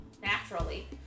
naturally